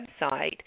website